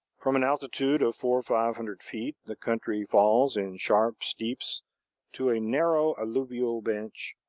from an altitude of four or five hundred feet, the country falls in sharp steeps to a narrow alluvial bench,